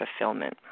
fulfillment